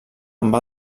amb